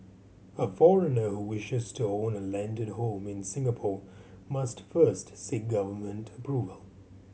a foreigner who wishes to own a landed home in Singapore must first seek government approval